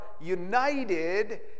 united